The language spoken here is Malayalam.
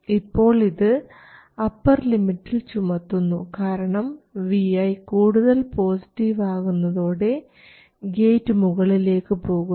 ഇപ്പോൾ ഇത് അപ്പർ ലിമിറ്റിൽ ചുമത്തുന്നു കാരണം vi കൂടുതൽ പോസിറ്റീവ് ആകുന്നതോടെ ഗേറ്റ് മുകളിലേക്ക് പോകുന്നു